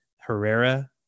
Herrera